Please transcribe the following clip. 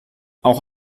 auch